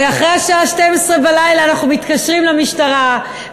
ואחרי השעה :0024 אנחנו מתקשרים למשטרה,